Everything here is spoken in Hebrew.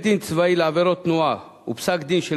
פסק-דין של בית-דין צבאי לעבירות תנועה ופסק-דין של